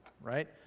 right